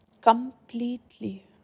completely